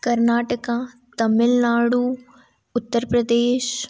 Karnataka Tamil Nadu Uttar Pradesh